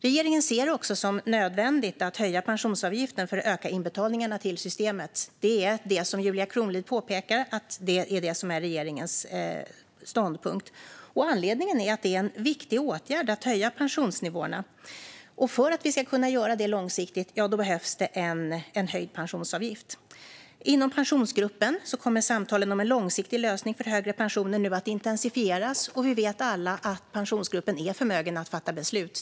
Regeringen ser det också som nödvändigt att höja pensionsavgiften för att öka inbetalningarna till systemet. Det är, som Julia Kronlid påpekar, det som är regeringens ståndpunkt. Anledningen är att det är en viktig åtgärd att höja pensionsnivåerna, och för att vi ska kunna göra det långsiktigt behövs en höjd pensionsavgift. Inom Pensionsgruppen kommer samtalen om en långsiktig lösning för högre pensioner nu att intensifieras, och vi vet alla att Pensionsgruppen är förmögen att fatta beslut.